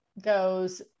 goes